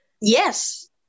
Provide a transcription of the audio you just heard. Yes